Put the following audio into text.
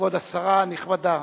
כבוד השרה הנכבדה.